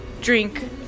drink